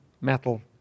metal